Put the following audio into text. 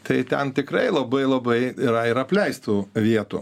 tai ten tikrai labai labai yra ir apleistų vietų